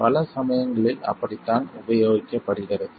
பல சமயங்களில் அப்படித்தான் உபயோகிக்கப்படுகிறது